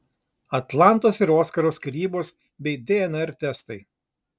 atlantos ir oskaro skyrybos bei dnr testai